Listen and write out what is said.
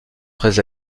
très